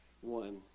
one